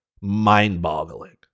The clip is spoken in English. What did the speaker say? mind-boggling